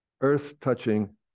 earth-touching